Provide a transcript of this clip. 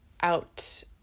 out